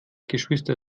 geschwister